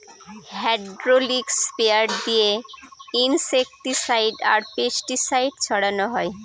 hydraulic sprayer দিয়ে insecticide আর pesticide ছড়ানো হয়